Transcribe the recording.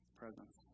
presence